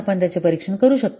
आपण त्याचे परीक्षण करू शकता